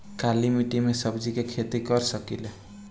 काली मिट्टी में सब्जी के खेती कर सकिले?